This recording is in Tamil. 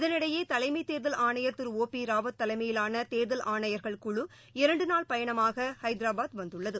இதனிளடயேதலைமைதேர்தல் ஆணையர் திரு ஒ பிராவத் தலைமயிலானதேர்தல் ஆணையர்கள் குழு இரண்டுநாள் பயணமாகஹைதராபாத் வந்துள்ளது